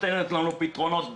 ונותנת לנו פתרונות.